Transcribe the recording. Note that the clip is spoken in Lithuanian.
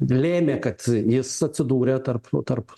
lėmė kad jis atsidūrė tarp tarp